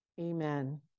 Amen